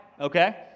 okay